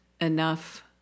enough